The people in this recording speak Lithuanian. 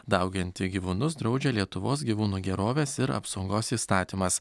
dauginti gyvūnus draudžia lietuvos gyvūnų gerovės ir apsaugos įstatymas